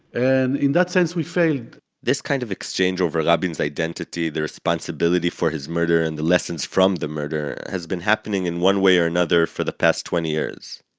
and in that sense, we failed this kind of exchange over rabin's identity, the responsibility for his murder and the lessons from the murder, has been happening, in one way or another, for the past twenty years.